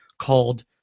called